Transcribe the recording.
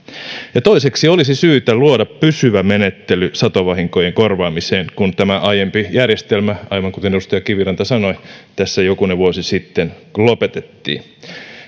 toiseksi olisi syytä luoda pysyvä menettely satovahinkojen korvaamiseen kun tämä aiempi järjestelmä aivan kuten edustaja kiviranta sanoi tässä jokunen vuosi sitten lopetettiin